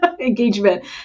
engagement